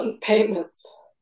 payments